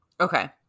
Okay